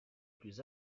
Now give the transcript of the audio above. plus